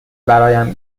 برایم